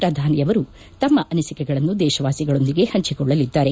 ಪ್ರಧಾನಿಯವರು ತಮ್ಮ ಅನಿಸಿಕೆಗಳನ್ನು ದೇಶವಾಸಿಗಳೊಂದಿಗೆ ಹಂಚಿಕೊಳ್ಲಲಿದ್ದಾರೆ